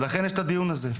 ולכן יש את הדיון הזה.